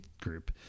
group